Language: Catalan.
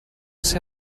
ser